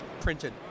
printed